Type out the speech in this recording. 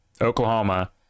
Oklahoma